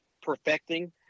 perfecting